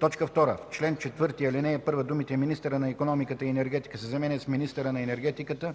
2. В чл. 4, ал. 1 думите „министъра на икономиката и енергетиката” се заменят с „министъра на енергетиката,